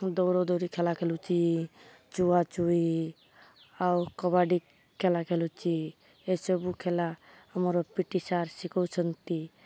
ଦୌଡ଼ାଦୌଡ଼ି ଖେଳ ଖେଳୁଛି ଛୁଆଁ ଛୁଇଁ ଆଉ କବାଡ଼ି ଖେଳ ଖେଳୁଛି ଏସବୁ ଖେଳ ଆମର ପି ଟି ସାର୍ ଶିଖାଉଛନ୍ତି